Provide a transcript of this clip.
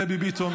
דבי ביטון,